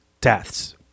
deaths